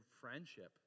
friendship